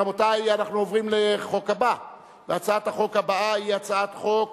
רבותי, הצעת החוק הבאה היא הצעת חוק